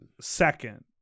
second